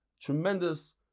tremendous